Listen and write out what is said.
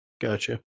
gotcha